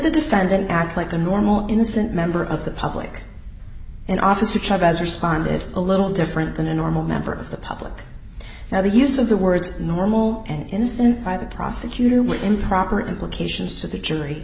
the defendant act like the normal innocent member of the public and officers responded a little different than a normal member of the public now the use of the words normal and innocent by the prosecutor with improper implications to the jury